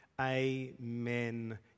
Amen